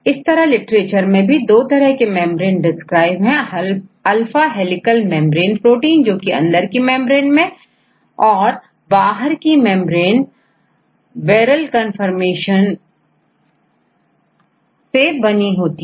इस तरहलिटरेचर में भी दो तरह की मेंब्रेन डिस्क्राइब है अल्फा हेलीकल मेंब्रेन प्रोटीन जो अंदर की मेंब्रेन में और बाहर की मेंब्रेन बैरल कन्फर्मेशन से बनी होती है